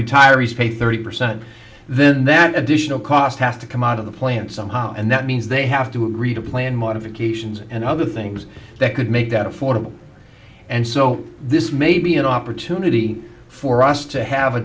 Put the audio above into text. retirees pay thirty percent then that additional cost has to come out of the plan somehow and that means they have to agree to plan modifications and other things that could make that affordable and so this may be an opportunity for us to have a